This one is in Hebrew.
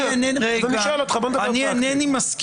נדבר